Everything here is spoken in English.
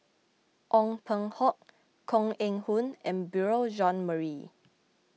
Ong Peng Hock Koh Eng Hoon and Beurel Jean Marie